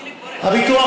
הביטוח